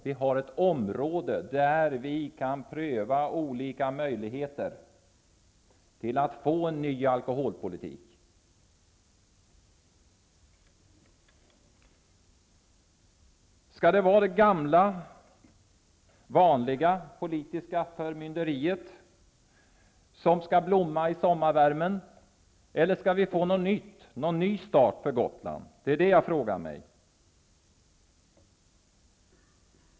Det finns ett område, där vi kan pröva olika möjligheter till att genomföra en ny alkoholpolitik. Skall det vara det gamla vanliga politiska förmynderiet som skall blomma i sommarvärmen, eller skall det bli någon ny start för Gotland? Det frågar jag mig.